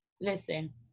Listen